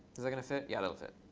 is it going to fit? yeah, that'll fit.